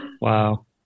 Wow